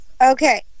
Okay